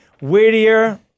Whittier